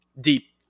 deep